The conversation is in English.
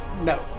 No